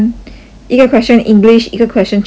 一个 question english 一个 question chinese